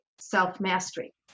self-mastery